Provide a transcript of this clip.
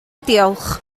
diolch